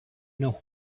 know